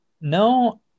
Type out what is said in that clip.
No